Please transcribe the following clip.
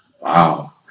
Wow